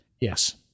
Yes